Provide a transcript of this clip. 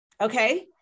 Okay